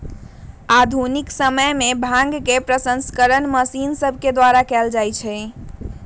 आधुनिक समय में भांग के प्रसंस्करण मशीन सभके द्वारा कएल जाय लगलइ